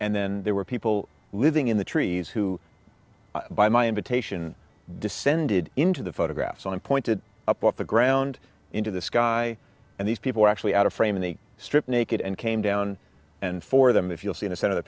and then there were people living in the trees who by my invitation descended into the photographs on pointed up off the ground into the sky and these people were actually out of frame they stripped naked and came down and for them if you'll seen a set of the